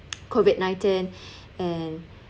COVID nineteen and